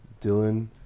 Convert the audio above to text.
dylan